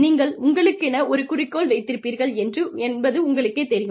நீங்கள் உங்களுக்கான ஒரு குறிக்கோள் வைத்திருப்பீர்கள் என்பது உங்களுக்கேத் தெரியும்